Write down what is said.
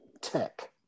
tech